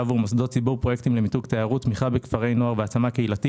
בתמוז תשפ"ב, ואנחנו מתחילים בסדר-היום.